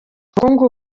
ubukungu